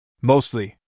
Mostly